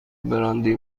براندی